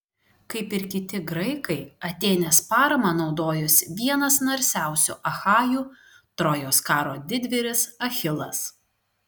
kaip ir kiti graikai atėnės parama naudojosi vienas narsiausių achajų trojos karo didvyris achilas